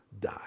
die